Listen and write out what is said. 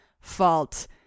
fault